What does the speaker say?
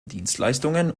dienstleistungen